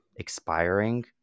Expiring